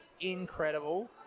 incredible